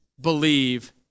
believe